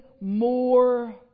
more